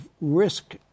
risk